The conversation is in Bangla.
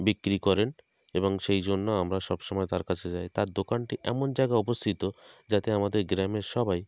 বিক্রি করেন এবং সেই জন্য আমরা সব সময় তার কাছে যাই তার দোকানটি এমন জায়গায় অবস্থিত যাতে আমাদের গ্রামের সবাই